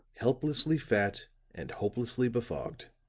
helplessly fat and hopelessly befogged,